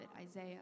Isaiah